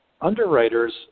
underwriters